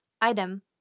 item